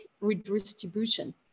redistribution